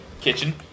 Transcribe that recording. kitchen